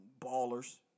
Ballers